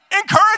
encourage